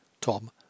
Tom